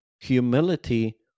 humility